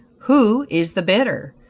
who is the bidder?